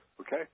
Okay